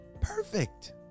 Perfect